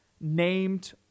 named